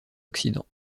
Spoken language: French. occident